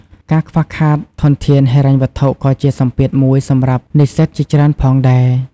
ការខ្វះខាតធនធានហិរញ្ញវត្ថុក៏ជាសម្ពាធមួយសម្រាប់និស្សិតជាច្រើនផងដែរ។